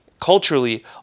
culturally